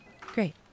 Great